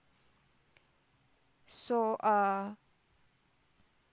so uh